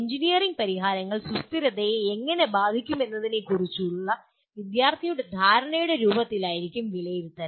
engineering പരിഹാരങ്ങൾ സുസ്ഥിരതയെ എങ്ങനെ ബാധിക്കുമെന്നതിനെക്കുറിച്ചുള്ള വിദ്യാർത്ഥിയുടെ ധാരണയുടെ രൂപത്തിലായിരിക്കും വിലയിരുത്തൽ